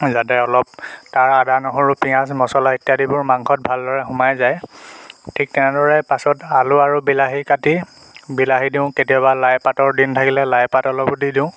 যাতে অলপ তাৰ আদা নহৰু পিঁয়াজ মচলা ইত্য়াদিবোৰ মাংসত ভালদৰে সোমাই যায় ঠিক তেনেদৰে পাছত আলু আৰু বিলাহী কাটি বিলাহী দিওঁ কেতিয়াবা লাই পাতৰ দিন থাকিলে লাই পাত অলপো দি দিওঁ